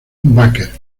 baker